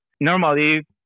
Normally